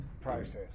process